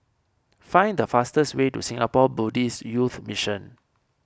find the fastest way to Singapore Buddhist Youth Mission